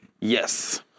Yes